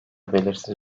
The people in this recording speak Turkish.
belirsiz